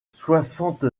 soixante